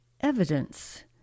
evidence